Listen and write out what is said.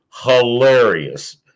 Hilarious